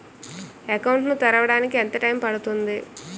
Account ను తెరవడానికి ఎంత టైమ్ పడుతుంది?